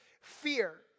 fear